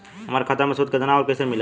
हमार खाता मे सूद केतना आउर कैसे मिलेला?